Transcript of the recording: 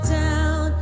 down